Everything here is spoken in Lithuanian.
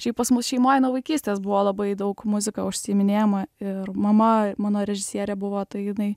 šiaip pas mus šeimoj nuo vaikystės buvo labai daug muzika užsiiminėjama ir mama mano režisierė buvo tai jinai